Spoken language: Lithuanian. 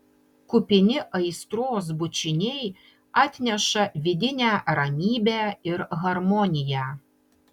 kupini aistros bučiniai atneša vidinę ramybę ir harmoniją